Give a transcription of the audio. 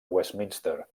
westminster